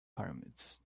pyramids